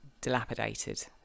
dilapidated